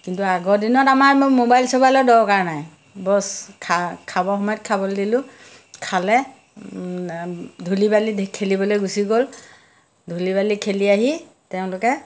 কিন্তু আগৰ দিনত আমাৰ মোবাইল চোবাইলৰ দৰকাৰ নাই বছ খা খাবৰ সময়ত খাবলৈ দিলোঁ খালে ধূলি বালি খেলিবলৈ গুচি গ'ল ধূলি বালি খেলি আহি তেওঁলোকে